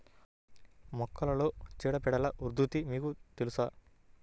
మొక్కలలో చీడపీడల ఉధృతి మీకు తెలుసా?